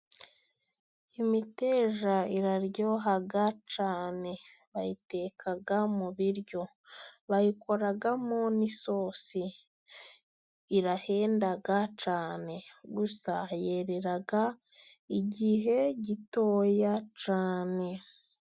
Imiteja iraryoha cyane. Bayiteka mu biryo. Bayikoramo n'isosi. Irahenda cyane, gusa yerera igihe gito cyane.